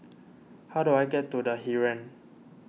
how do I get to the Heeren